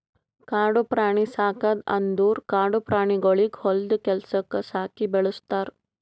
ಕಾಡು ಪ್ರಾಣಿ ಸಾಕದ್ ಅಂದುರ್ ಕಾಡು ಪ್ರಾಣಿಗೊಳಿಗ್ ಹೊಲ್ದು ಕೆಲಸುಕ್ ಸಾಕಿ ಬೆಳುಸ್ತಾರ್